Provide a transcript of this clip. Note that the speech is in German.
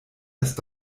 erst